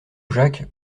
jacques